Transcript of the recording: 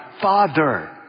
Father